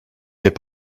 n’est